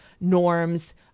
norms